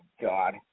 God